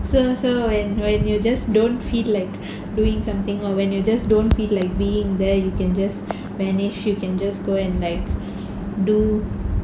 so so when like you just don't feel like doing something or when you just don't feel like being there you can just vanish you can just go and like do